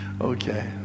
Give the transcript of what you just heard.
Okay